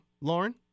Lauren